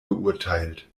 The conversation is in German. geurteilt